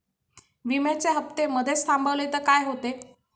विम्याचे हफ्ते मधेच थांबवले तर काय होते?